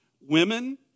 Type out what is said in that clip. Women